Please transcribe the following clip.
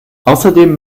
außerdem